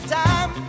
time